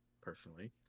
personally